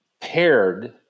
paired